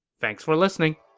thanks for listening!